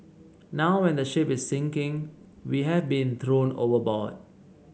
now when the ship is sinking we have been thrown overboard